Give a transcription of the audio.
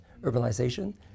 urbanization